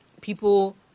people